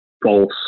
false